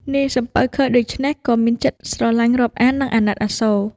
នាយសំពៅឃើញដូច្នេះ ក៏មានចិត្តស្រលាញ់រាប់អាន និងអាណិតអាសូរ។